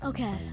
Okay